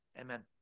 Amen